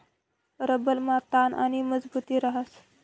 रबरमा ताण आणि मजबुती रहास